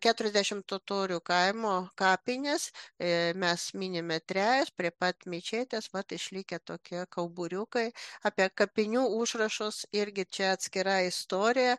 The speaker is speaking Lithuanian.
keturiasdešimt totorių kaimo kapinės e mes minime tre prie pat mečetės vat išlikę tokie kauburiukai apie kapinių užrašus irgi čia atskira istorija